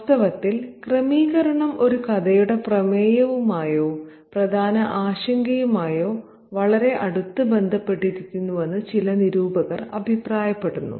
വാസ്തവത്തിൽ ക്രമീകരണം ഒരു കഥയുടെ പ്രമേയവുമായോ പ്രധാന ആശങ്കയുമായോ വളരെ അടുത്ത് ബന്ധപ്പെട്ടിരിക്കുന്നുവെന്ന് ചില നിരൂപകർ അഭിപ്രായപ്പെടുന്നു